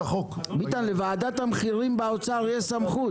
לוועדת המחירים באוצר יש סמכות.